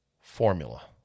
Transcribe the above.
formula